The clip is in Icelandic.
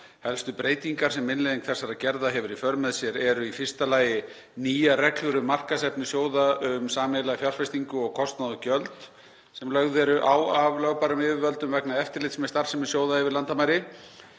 Helstu breytingar sem innleiðing þessara gerða hefur í för með sér eru í fyrsta lagi nýjar reglur um markaðsefni sjóða um sameiginlega fjárfestingu og kostnað og gjöld sem lögð eru á af lögbærum yfirvöldum vegna eftirlits með starfsemi sjóða yfir landamæri.